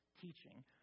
teaching